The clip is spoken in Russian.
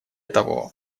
того